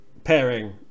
Pairing